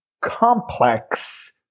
complex